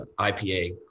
IPA